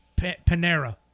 Panera